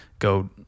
go